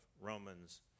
Romans